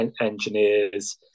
engineers